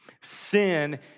Sin